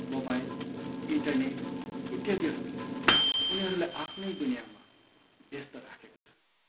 mobile internet इत्यादिहरूले उनीहरूलाई आफ्नै दुनियाँमा व्यस्त राखेको छ